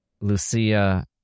Lucia